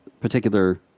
particular